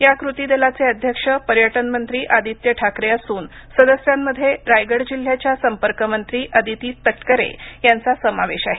या कृतीदलाचे अध्यक्ष पर्यटनमंत्री आदित्य ठाकरे असून सदस्यांमध्ये रायगड जिल्ह्याच्या संपर्कमंत्री आदिती तटकरे यांचा समावेश आहे